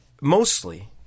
mostly